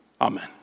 Amen